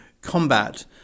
combat